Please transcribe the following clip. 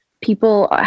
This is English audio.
people